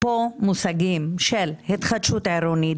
פה מושגים של התחדשות עירונית,